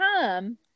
time